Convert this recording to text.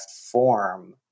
form